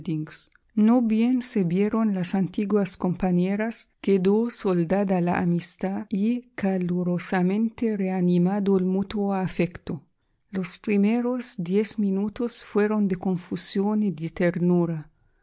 no bien se vieron las antiguas compañeras quedó soldada la amistad y calurosamente reanimado el mutuo afecto los primeros diez minutos fueron de confusión y de ternura